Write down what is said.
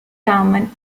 government